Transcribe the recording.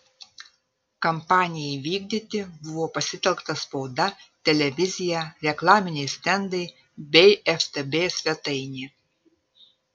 kampanijai vykdyti buvo pasitelkta spauda televizija reklaminiai stendai bei ftb svetainė